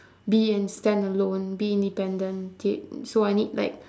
be and stand alone be independent kid so I need like